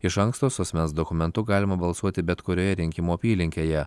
iš anksto su asmens dokumentu galima balsuoti bet kurioje rinkimų apylinkėje